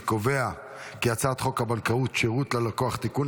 אני קובע כי הצעת חוק הבנקאות (שירות ללקוח) (תיקון,